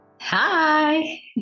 hi